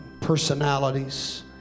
personalities